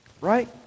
Right